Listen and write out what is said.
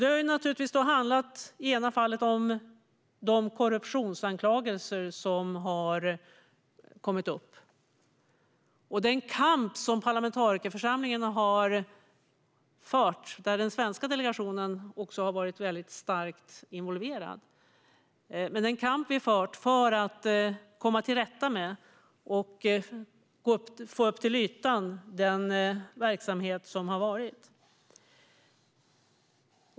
Det har naturligtvis i det ena fallet handlat om de korruptionsanklagelser som har kommit upp och den kamp som parlamentarikerförsamlingen har fört. Där har även den svenska delegationen varit väldigt starkt involverad i kampen för att få upp till ytan och komma till rätta med den verksamhet som har varit.